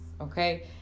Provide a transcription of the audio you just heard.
Okay